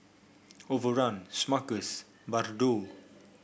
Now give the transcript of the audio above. Overrun Smuckers Bardot